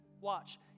watch